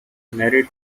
married